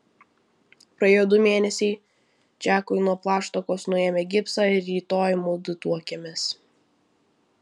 praėjo du mėnesiai džekui nuo plaštakos nuėmė gipsą ir rytoj mudu tuokiamės